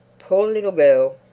poor little girl!